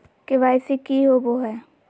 KYC की होबो है?